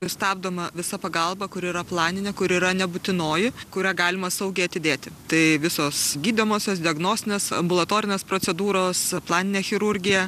ir stabdoma visa pagalba kur yra planinė kur yra nebūtinoji kurią galima saugiai atidėti tai visos gydomosios diagnostinės ambulatorinės procedūros planinė chirurgija